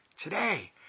Today